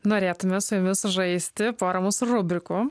norėtume su jumis sužaisti porą mūsų rubrikų